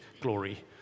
glory